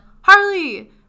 Harley